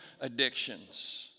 addictions